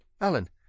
Alan